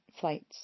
flights